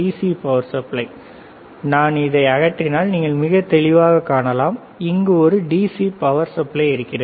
C power supply நான் இதை அகற்றினால் நீங்கள் மிக தெளிவாகக் காணலாம் இங்கு ஒரு டிசி பவர் சப்ளை இருக்கிறது